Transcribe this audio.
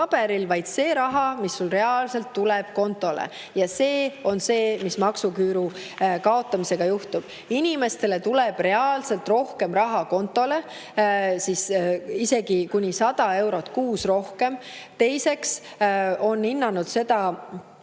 ka see raha, mis reaalselt tuleb su kontole. See on see, mis maksuküüru kaotamisega juhtub: inimestele tuleb reaalselt rohkem raha kontole, isegi kuni 100 eurot kuus rohkem. Teiseks on hinnatud seda